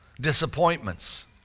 disappointments